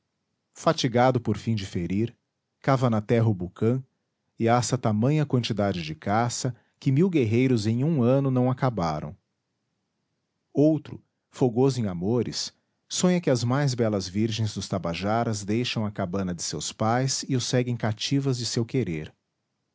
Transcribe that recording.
fatigado por fim de ferir cava na terra o bucã e assa tamanha quantidade de caça que mil guerreiros em um ano não acabaram outro fogoso em amores sonha que as mais belas virgens dos tabajaras deixam a cabana de seus pais e o seguem cativas de seu querer